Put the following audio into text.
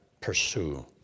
pursue